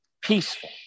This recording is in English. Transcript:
peaceful